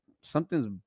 something's